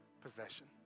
possession